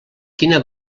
quina